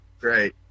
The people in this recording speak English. great